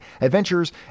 Adventures